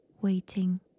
waiting